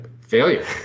Failure